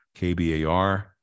KBAR